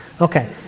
Okay